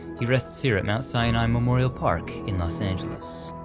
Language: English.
he rests here at mount sinai memorial park in los angeles.